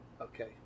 Okay